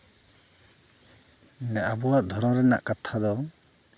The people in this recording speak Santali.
ᱟᱵᱚᱣᱟᱜ ᱫᱷᱚᱨᱚᱢ ᱨᱮᱱᱟᱜ ᱠᱟᱛᱷᱟ ᱫᱚ